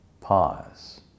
Pause